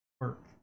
work